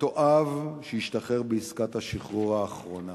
מתועב שהשתחרר בעסקת השחרור האחרונה.